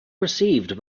received